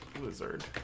lizard